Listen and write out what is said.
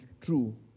true